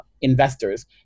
investors